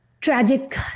tragic